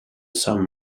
some